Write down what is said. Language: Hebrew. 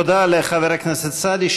תודה לחבר הכנסת סעדי.